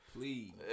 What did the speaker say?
Please